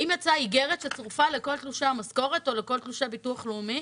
האם יצאה איגרת שצורפה לכל תלושי המשכורת או לכל תלושי הביטוח הלאומי?